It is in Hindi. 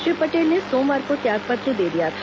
श्री पटेल ने सोमवार को त्याग पत्र दे दिया था